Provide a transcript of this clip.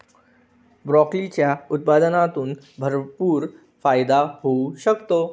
ब्रोकोलीच्या उत्पादनातून भरपूर फायदा होऊ शकतो